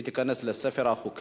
והיא תיכנס לספר החוקים.